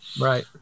Right